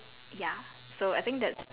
ya so I think that's